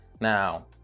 Now